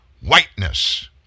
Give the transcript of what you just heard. whiteness